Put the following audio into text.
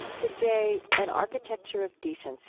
today, an architecture of decency.